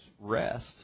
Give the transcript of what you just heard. rest